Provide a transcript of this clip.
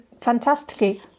fantastically